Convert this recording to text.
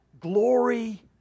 glory